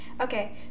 Okay